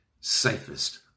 safest